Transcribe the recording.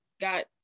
got